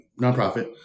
nonprofit